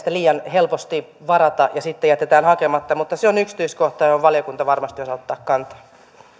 liian helposti varata ja sitten jätetä hakematta mutta se on yksityiskohta johon valiokunta varmasti osaa ottaa kantaa